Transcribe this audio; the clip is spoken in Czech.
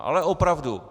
Ale opravdu.